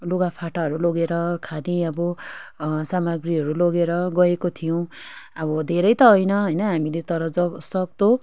लुगा फाटाहरू लगेर खाने अब सामग्रीहरू लगेर गएको थियौँ अब धेरै त होइन होइन हामीले तर ज सक्दो